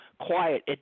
quiet